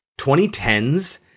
2010's